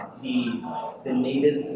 the and native